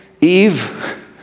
Eve